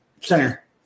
center